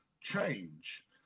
change